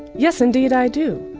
yes indeed i do.